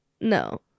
No